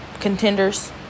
contenders